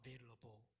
available